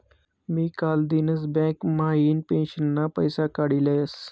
मी कालदिनच बँक म्हाइन पेंशनना पैसा काडी लयस